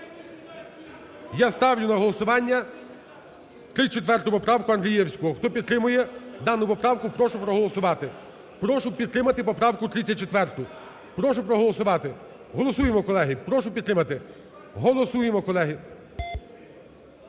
Я ставлю на голосування 34 поправку Андрієвського. Хто підтримує дану поправку, прошу проголосувати. Прошу підтримати поправку 34, прошу проголосувати. Голосуємо, колеги, прошу підтримати, голосуємо, колеги.